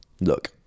look